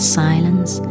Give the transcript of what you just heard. silence